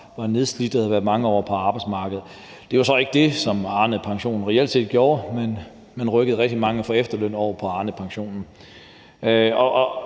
var nedslidte og havde været mange år på arbejdsmarkedet, men det var så ikke det, som Arnepensionen reelt set gjorde, for man rykkede rigtig mange fra efterløn over på Arnepensionen.